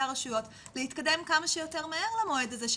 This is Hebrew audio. הרשויות להתקדם כמה שיותר מהר למועד הזה,